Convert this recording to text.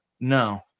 No